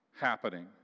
happening